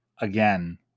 again